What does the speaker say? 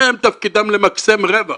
הם מתפקידם למקסם רווח,